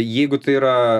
jeigu tai yra